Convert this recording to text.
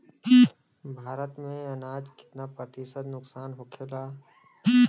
भारत में अनाज कितना प्रतिशत नुकसान होखेला?